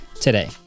today